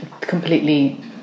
completely